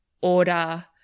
order